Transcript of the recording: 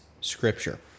Scripture